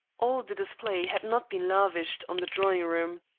all the display had not been lavished on the drawing-room.